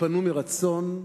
יתפנו מרצון,